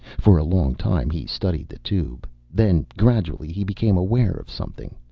for a long time he studied the tube. then, gradually, he became aware of something.